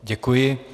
Děkuji.